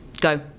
Go